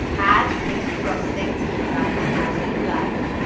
add pink frosting to design them as you'd like.